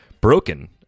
broken